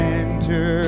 enter